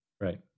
Right